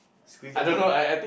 squiggly